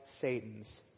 Satan's